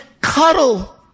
cuddle